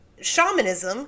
shamanism